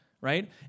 Right